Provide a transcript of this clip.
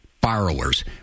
borrowers